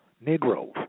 negroes